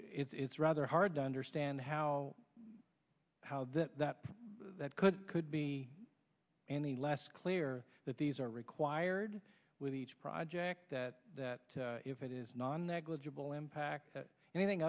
it's rather hard to understand how how that could could be any less clear that these are required with each project that that if it is non negligible impact anything